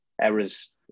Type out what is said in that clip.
errors